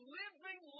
living